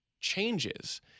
changes